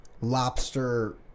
lobster